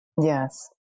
Yes